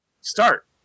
start